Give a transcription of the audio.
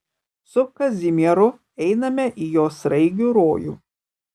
su kazimieru einame į jo sraigių rojų